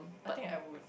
I think I would